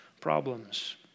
problems